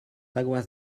aguas